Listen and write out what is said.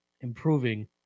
improving